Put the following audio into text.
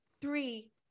Three